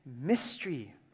mystery